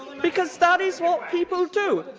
because that is what people do.